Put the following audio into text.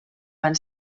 van